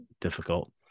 difficult